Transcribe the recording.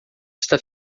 está